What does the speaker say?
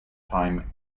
time